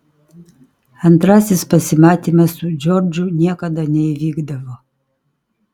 antrasis pasimatymas su džordžu niekada neįvykdavo